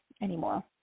anymore